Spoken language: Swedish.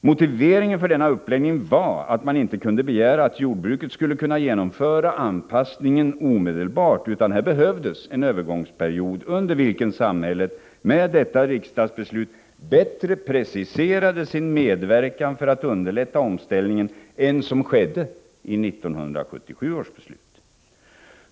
Motiveringen för denna uppläggning var att man inte kunde begära att jordbruket skulle kunna genomföra anpassningen omedelbart, utan att det behövdes en övergångstid, under vilken samhället med detta riksdagsbeslut bättre preciserade sin medverkan för att underlätta omställningen än som skedde i 1977 års beslut.